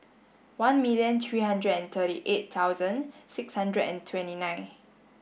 one million three hundred and thirty eight thousand six hundred and twenty nine